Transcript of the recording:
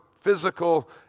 physical